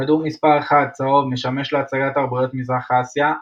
כדור מספר 1 - צהוב - משמש להצגת תרבויות מזרח אסיה.